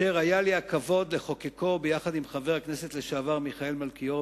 אשר היה לי הכבוד לחוקקו יחד עם חבר הכנסת לשעבר מיכאל מלכיאור,